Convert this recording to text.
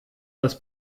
das